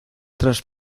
tras